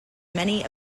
many